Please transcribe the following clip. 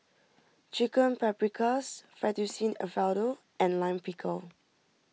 Chicken Paprikas Fettuccine Alfredo and Lime Pickle